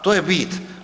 To je bit.